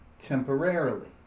Temporarily